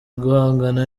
guhangana